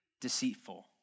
deceitful